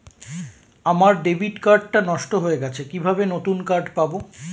আমার debit card টা নষ্ট হয়ে গেছে কিভাবে নতুন কার্ড পাব?